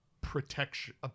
protection